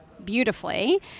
beautifully